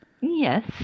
Yes